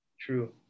True